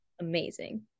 amazing